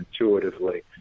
intuitively